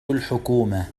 الحكومة